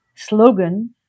slogan